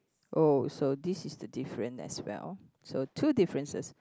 oh so this is the different as well so two differences